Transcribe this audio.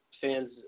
Fans